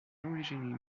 originally